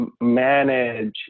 manage